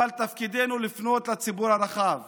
אבל תפקידנו לפנות לציבור הרחב